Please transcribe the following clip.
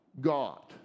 God